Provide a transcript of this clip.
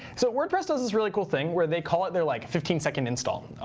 so wordpress does this really cool thing where they call it their like fifteen second install.